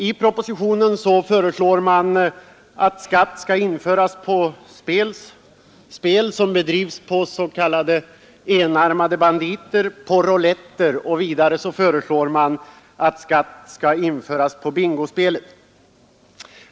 I propositionen föreslår man att skatt skall införas på spel, som bedrivs på s.k. enarmade banditer och rouletter, och vidare att skatt skall införas på bingospelet.